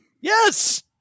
Yes